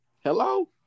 hello